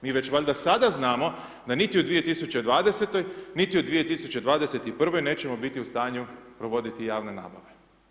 Mi već valjda sada znamo da niti u 2020. niti u 2021. nećemo biti u stanju provoditi javne nabave.